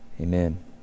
Amen